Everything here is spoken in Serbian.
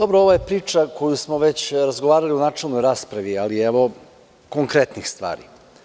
Ovo je priča o kojoj smo već razgovarali u načelnoj raspravi, ali konkretnih stvari.